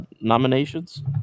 nominations